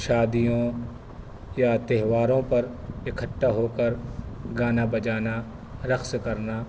شادیوں یا تہواروں پر اکٹھا ہو کر گانا بجانا رقص کرنا